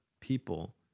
people